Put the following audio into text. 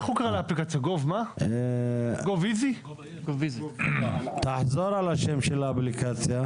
אז נסתפק --- חבל, אתה נותן התראה.